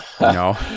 No